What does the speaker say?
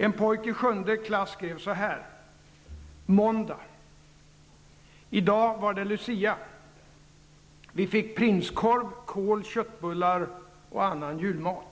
En pojke i sjunde klass skrev så här: I dag var det Lucia. Vi fick prinskorv, kål, köttbullar och annan julmat.